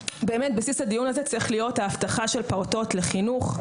בסיס הדיון הזה צריך להיות ההבטחה של פעוטות לחינוך,